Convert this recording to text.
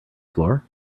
floor